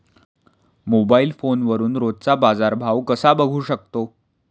Mobile फोनवरून रोजचा बाजारभाव कसा बघू शकतो?